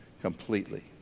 completely